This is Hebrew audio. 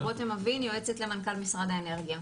אני יועצת למנכ"ל משרד האנרגיה.